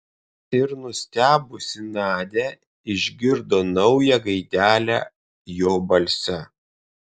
ir nustebusi nadia išgirdo naują gaidelę jo balse